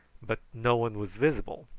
but no one was visible,